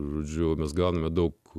žodžiu mes gauname daug